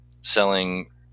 selling